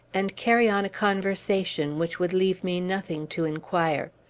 and carry on a conversation which would leave me nothing to inquire.